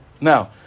now